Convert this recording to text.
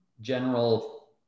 general